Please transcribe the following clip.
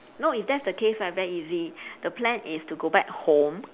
no if that's the case right very easy the plan is to go back home